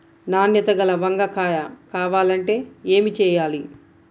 నాణ్యత గల వంగ కాయ కావాలంటే ఏమి చెయ్యాలి?